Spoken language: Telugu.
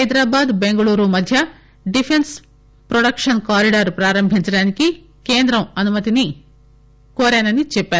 హైదరాబాద్ బెంగళూరు మధ్య డిఫెన్స్ ప్రొడక్షన్ కారిడార్ ప్రారంభించడానికి కేంద్రం అనుమతిని కోరారు